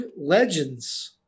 Legends